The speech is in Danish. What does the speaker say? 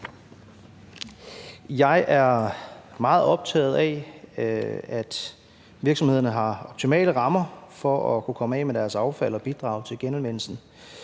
Jeg er meget optaget af, at virksomhederne har optimale rammer for at kunne komme af med deres affald og bidrage til genanvendelsen.